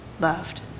loved